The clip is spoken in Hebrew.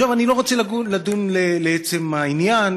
אני לא רוצה לדון בעצם העניין,